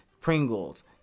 Pringles